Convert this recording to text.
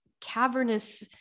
cavernous